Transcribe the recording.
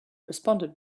responded